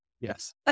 yes